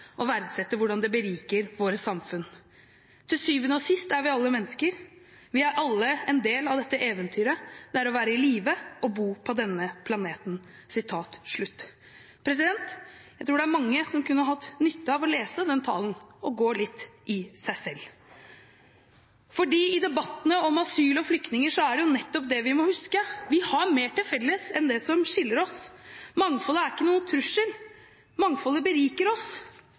verdsette hvordan det beriker våre samfunn. Til sjuende og sist er vi alle mennesker. Vi er alle en del av dette eventyret det er å være i live og bo på denne planeten.» Jeg tror mange kunne hatt nytte av å lese den talen og gå litt i seg selv. I debatten om asyl og flyktninger er det nettopp det vi må huske: Vi har mer til felles enn det som skiller oss. Mangfoldet er ingen trussel. Mangfoldet beriker oss.